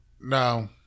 No